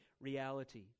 reality